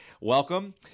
welcome